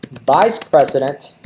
vice president